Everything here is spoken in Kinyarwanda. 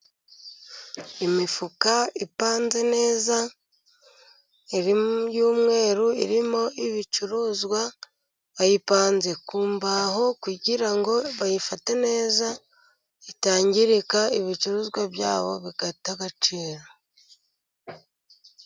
Imifuka ipanze neza, irimo iy'umweru, irimo ibicuruzwa, bayipanze ku mbaho kugira ngo bayifate neza. itangirika, ibicuruzwa babyo bigata agaciro.